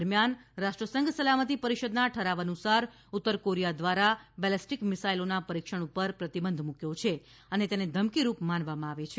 દરમિયાન રાષ્ટ્રસંઘ સલામતી પરિષદના ઠરાવ અનુસાર ઉત્તર કોરિયા દ્વારા બેલેસ્ટિક મિસાઇલોના પરીક્ષણ પર પ્રતિબંધ મૂક્યો છે અને તેને ધમકીરૂપ માનવામાં આવે છે